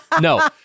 No